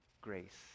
grace